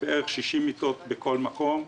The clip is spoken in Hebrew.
עם בערך 60 מיטות בכל מקום.